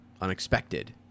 unexpected